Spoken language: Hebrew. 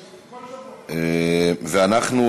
תודה,